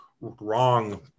wrong